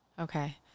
Okay